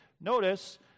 Notice